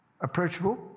Approachable